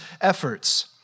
efforts